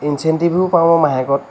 ইঞ্চেণ্টিভো পাওঁ মাহেকত